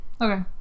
okay